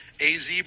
az